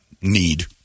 need